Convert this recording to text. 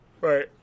Right